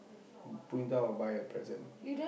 Punitha will buy a present